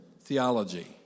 theology